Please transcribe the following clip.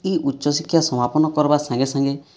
ଇ ଉଚ୍ଚ ଶିକ୍ଷା ସମାପନ କର୍ବା ସାଙ୍ଗେ ସାଙ୍ଗେ